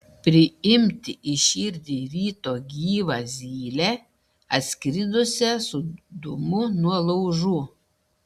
priimti į širdį ryto gyvą zylę atskridusią su dūmu nuo laužų